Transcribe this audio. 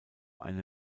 eine